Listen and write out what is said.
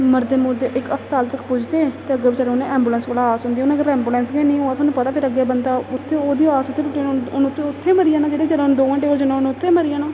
मरदे मुरदे इक अस्पताल तक पुजदे ते अग्गें बेचारें उ'नें ऐंबुलेंस कोला आस होंदी हून अगर ऐंबुलेंस गै निं होए थुआनूं पता ते फिर अग्गें बंदा उत्थें ओह्दी आस उत्थें त्रुट्टी जानी उन उत्थै उत्थें मरी जाना जेहड़ा बेचारे उन्नै दो घैंटे कोल उन्नै उत्थें मरी जाना